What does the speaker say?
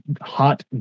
hot